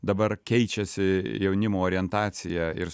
dabar keičiasi jaunimo orientacija ir